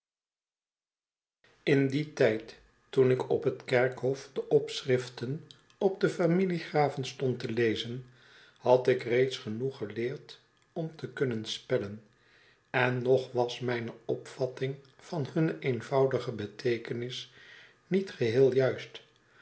in dien tijd toen ik op het kerkhof de opschriften op de familiegraven stond te lezen had ik reeds genoeg geleerd om te kunnen spellen en nog was mijne opvatting van hunne eenvoudige beteekenis niet geheel juist